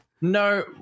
No